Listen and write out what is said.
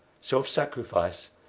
self-sacrifice